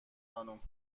خانم